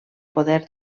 poder